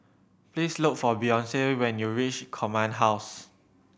please look for Beyonce when you reach Command House